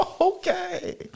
Okay